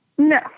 No